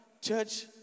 church